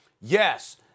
Yes